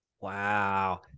wow